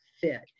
fit